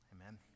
Amen